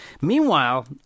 Meanwhile